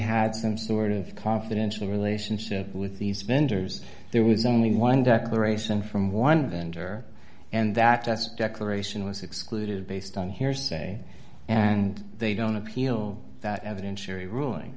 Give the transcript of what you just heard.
had some sort of confidential relationship with these vendors there was only one declaration from one vendor and that test declaration was excluded based on hearsay and they don't appeal that evidentiary ruling